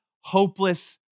hopeless